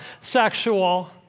sexual